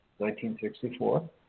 1964